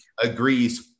agrees